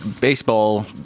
baseball